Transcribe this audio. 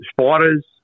spiders